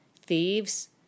thieves